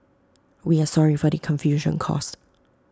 we are sorry for the confusion caused